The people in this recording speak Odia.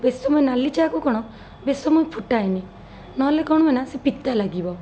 ବେଶି ସମୟ ନାଲି ଚା'କୁ କ'ଣ ବେଶି ସମୟ ଫୁଟାଏନି ନହେଲେ କ'ଣ ହୁଏ ନା ସେ ପିତା ଲାଗିବ